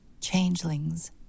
changelings